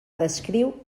descriu